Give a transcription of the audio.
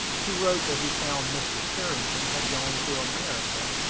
he wrote that he found mr. carrington had gone to america,